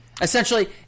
Essentially